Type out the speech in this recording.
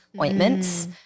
ointments